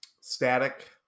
static